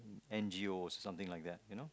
and G O something like that you know